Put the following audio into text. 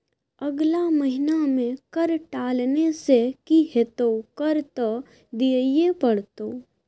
अगला महिना मे कर टालने सँ की हेतौ कर त दिइयै पड़तौ